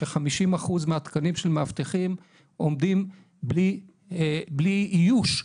ש-50% מהתקנים של מאבטחים עומדים בלי איוש,